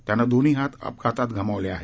त्यानं दोन्ही हात अपघातात गमावले आहेत